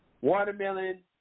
Watermelon